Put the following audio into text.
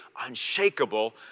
unshakable